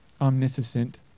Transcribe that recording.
omniscient